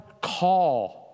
call